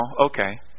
okay